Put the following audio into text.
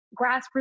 grassroots